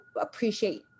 appreciate